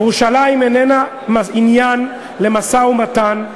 ירושלים איננה עניין למשא-ומתן,